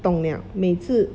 懂了每次